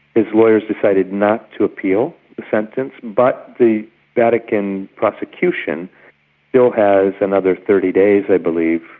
his lawyers decided not to appeal the sentence but the vatican prosecution still has another thirty days, i believe,